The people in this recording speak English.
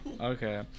Okay